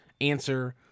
answer